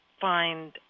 find